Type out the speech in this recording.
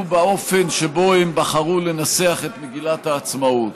באופן שבו הם בחרו לנסח את מגילת העצמאות.